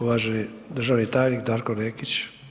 Uvaženi državni tajnik Darko Nekić.